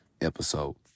episode